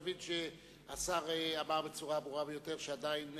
אתה מבין שהשר אמר בצורה הברורה ביותר שעדיין